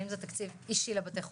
האם זה תקציב אישי לבתי חולים,